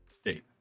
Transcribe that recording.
state